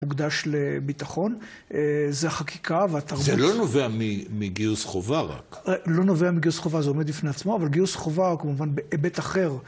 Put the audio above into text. מוקדש לביטחון, זה החקיקה והתרבות. זה לא נובע מגיוס חובה רק. לא נובע מגיוס חובה, זה עומד בפני עצמו, אבל גיוס חובה כמובן בהיבט אחר.